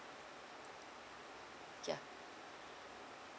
ya